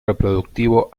reproductivo